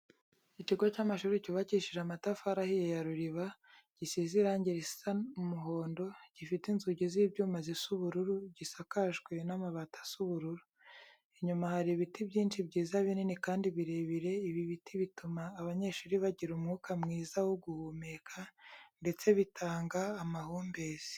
Ikigo cy'amashuri cyubakishije amatafari ahiye ya ruriba, gisize irangi risa umuhondo, gifite inzugi z'ibyuma zisa ubururu, gisakajwe n'amabati asa ubururu. Inyuma hari ibiti byinshi byiza binini kandi birebire, ibi biti bituma abanyeshuri bagira umwuka mwiza wo guhumeka, ndetse bitanga amahumbezi.